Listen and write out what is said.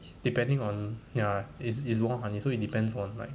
depending on ya is is wild honey so it depends on like